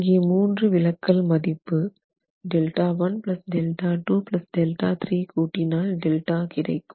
இங்கே 3 விலக்கல் மதிப்பு Δ 1 Δ 2 Δ 3 கூட்டினால் Δ கிடைக்கும்